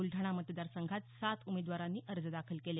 बुलढाणा मतदारसंघात सात उमेदवारांनी अर्ज दाखल केले